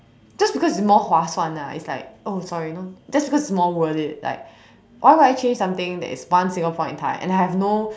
just because it's more 划算 ah it's like oh sorry no just because it's more worth it like why would I change something that is one single point in time and I have no